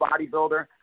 bodybuilder